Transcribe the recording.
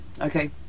okay